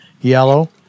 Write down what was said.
yellow